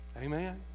Amen